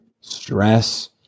stress